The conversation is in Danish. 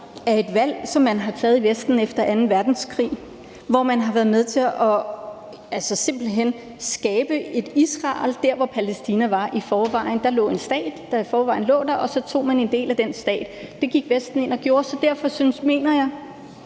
af et valg, som man har taget i Vesten efter anden verdenskrig, hvor man har været med til simpelt hen at skabe et Israel der, hvor Palæstina var i forvejen. Der lå i forvejen en stat, og så tog man en del af den stat. Det gik Vesten ind og gjorde, så derfor mener jeg,